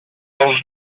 those